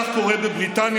כך קורה בבריטניה,